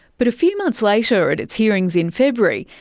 but a few months later at its hearings in february,